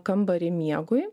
kambarį miegui